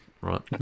right